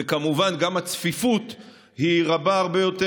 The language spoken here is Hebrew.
וכמובן גם הצפיפות רבה הרבה יותר.